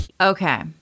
Okay